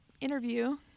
interview